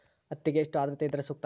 ಹತ್ತಿಗೆ ಎಷ್ಟು ಆದ್ರತೆ ಇದ್ರೆ ಸೂಕ್ತ?